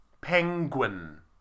Penguin